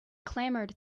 clamored